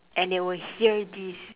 and they will hear this